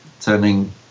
turning